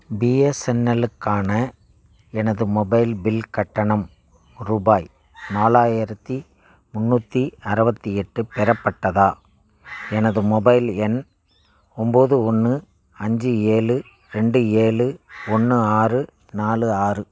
பிஎஸ்என்எல்லுக்கான எனது mobile bill கட்டணம் ரூபாய் நாலாயிரத்து முந்நூற்றி அறுவத்தி எட்டு பெறப்பட்டதா எனது மொபைல் எண் ஒம்பது ஒன்று அஞ்சு ஏழு ரெண்டு ஏழு ஒன்று ஆறு நாலு ஆறு